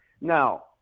Now